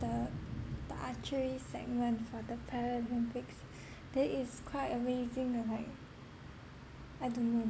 the the archery segment for the paralympics that is quite amazing they're like I don't know